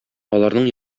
аларның